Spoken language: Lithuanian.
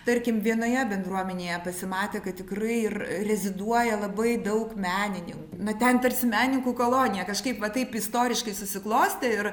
tarkim vienoje bendruomenėje pasimatė kad tikrai ir reziduoja labai daug meninin na ten tarsi menininkų kolonija kažkaip va taip istoriškai susiklostė ir